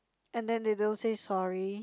and then they don't say sorry